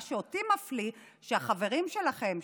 מה שאותי מפליא הוא שהחברים שלכם,